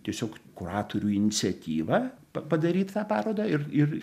tiesiog kuratorių iniciatyva pa padaryta paroda ir ir